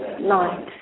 light